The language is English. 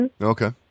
Okay